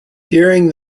during